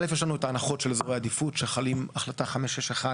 א' יש לנו את ההנחות של אזורי העדיפות, החלטה 561,